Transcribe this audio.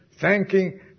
thanking